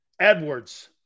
Edwards